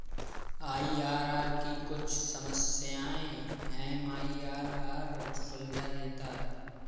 IRR की कुछ समस्याएं एम.आई.आर.आर सुलझा देता है